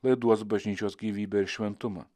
lai duos bažnyčios gyvybę ir šventumą